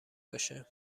باشه